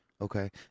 okay